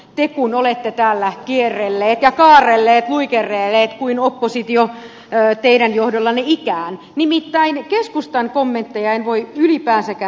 te kun olette täällä kierrelleet ja kaarrelleet luikerrelleet kuin oppositio teidän johdollanne ikään nimittäin keskustan kommentteja en voi ylipäänsäkään ymmärtää